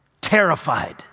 terrified